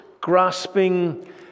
grasping